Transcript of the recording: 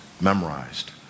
memorized